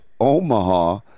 omaha